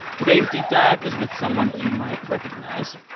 today's deep dive is with someone you might recognize